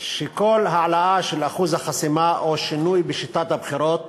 שכל העלאה של אחוז החסימה או שינוי בשיטת הבחירות